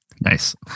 Nice